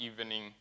evening